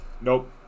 Nope